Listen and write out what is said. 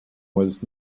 was